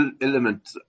element